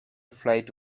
flight